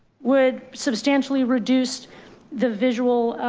would substantially reduced the visual,